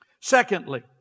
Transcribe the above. Secondly